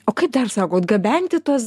o kaip dar sakot gabenti tuos